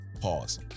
pause